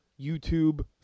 YouTube